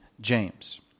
James